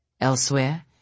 Elsewhere